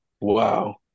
Wow